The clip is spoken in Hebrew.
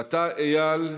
ואתה, איל,